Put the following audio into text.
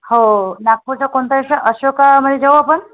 हो नागपूरचा कोणता अशा अशोकामध्ये जाऊ आपण